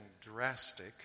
drastic